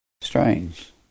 Strange